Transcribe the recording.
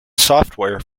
software